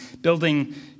building